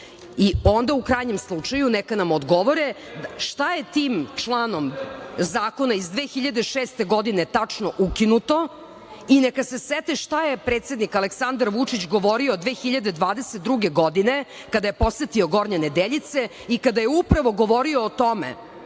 Onda u krajnjem slučaju neka nam odgovore šta je tim članom zakona iz 2006. godine, tačno ukinuto i neka se sete šta je predsednik Aleksandar Vučić govorio 2022. godine, kada je posetio Gornje Nedeljice i kada je upravo govorio o tome